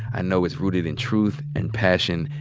i know it's rooted in truth and passion.